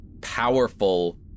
powerful